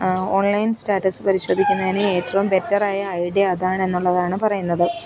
online status പരിശോധിക്കുന്നതിന് ഏറ്റവും ബെറ്ററായ ഐഡിയ അതാണെന്ന് ഉള്ളതാണ് പറയുന്നത്